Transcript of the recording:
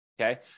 okay